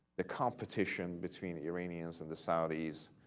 the competition between the iranians and the saudis,